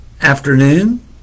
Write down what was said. afternoon